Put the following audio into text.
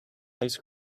ice